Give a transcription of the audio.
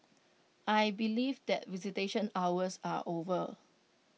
I believe that visitation hours are over